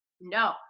No